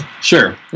Sure